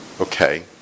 okay